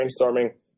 brainstorming